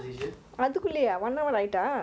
நீ வேனும்னே செய்ரியா:nee venumnae seiriya